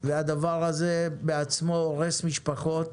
והדבר הזה בעצמו הורס משפחות.